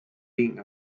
being